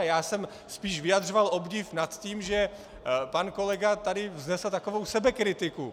Já jsem spíš vyjadřoval obdiv nad tím, že pan kolega tady vznesl takovou sebekritiku.